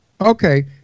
Okay